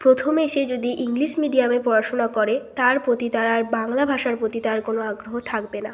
প্রথমে সে যদি ইংলিশ মিডিয়ামে পড়াশুনা করে তার প্রতি তার আর বাংলা ভাষার প্রতি তার কোনও আগ্রহ থাকবে না